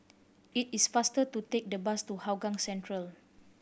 it is faster to take the bus to Hougang Central